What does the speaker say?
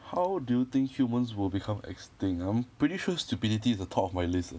how do you think humans will become extinct I'm pretty sure stupidity is the top of my list uh